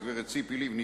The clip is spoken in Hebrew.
הגברת ציפי לבני,